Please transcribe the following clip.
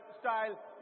style